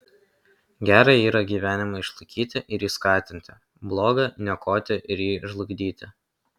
gera yra gyvenimą išlaikyti ir jį skatinti bloga niokoti ir jį žlugdyti